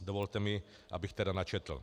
Dovolte mi, abych to načetl.